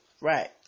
Right